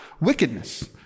wickedness